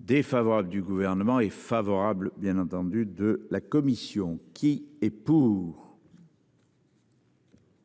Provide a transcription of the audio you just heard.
Défavorable du gouvernement est favorable bien entendu de la commission. Qui est pour.